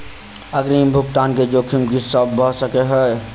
अग्रिम भुगतान केँ जोखिम की सब भऽ सकै हय?